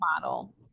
model